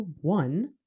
one